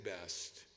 best